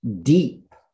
Deep